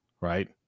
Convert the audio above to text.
right